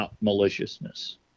maliciousness